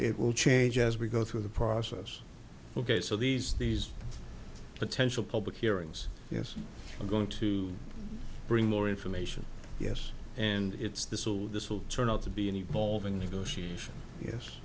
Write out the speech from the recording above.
it will change as we go through the process ok so these these potential public hearings yes we're going to bring more information yes and it's this all this will turn out to be an